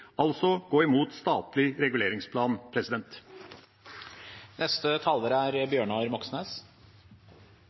altså å gå imot statlig reguleringsplan. Flertallet i Oslos befolkning er